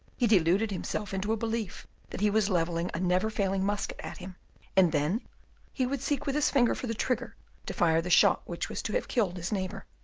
he deluded himself into a belief that he was levelling a never-failing musket at him and then he would seek with his finger for the trigger to fire the shot which was to have killed his neighbour.